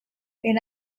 and